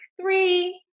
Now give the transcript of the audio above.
three